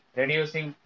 reducing